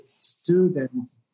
students